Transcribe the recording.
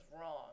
wrong